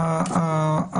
העניין המגדרי.